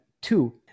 two